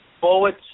forward